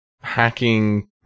hacking